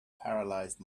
paralysed